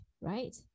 right